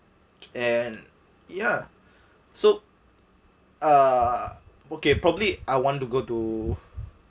and ya so uh okay probably I want to go to